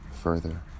further